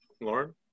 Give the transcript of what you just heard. Lauren